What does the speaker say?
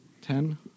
Ten